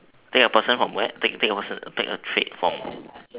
take a person from where take take the person take a trait from